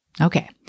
Okay